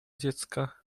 dziecka